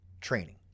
training